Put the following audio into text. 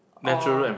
or